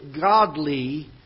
godly